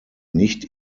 nicht